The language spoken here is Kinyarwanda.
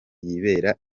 yibera